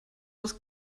was